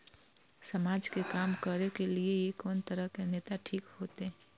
समाज के काम करें के ली ये कोन तरह के नेता ठीक होते?